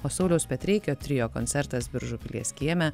o sauliaus petreikio trio koncertas biržų pilies kieme